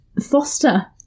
Foster